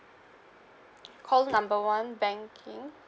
call number one banking